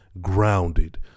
grounded